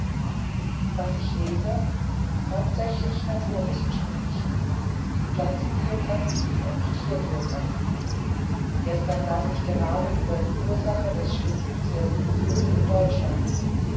was ich lese hauptsächlich naturwissenschaftliches pflanzengeographie und tiergeographie gestern las ich gerade über die ursache des schwindens der singvögel in deutschland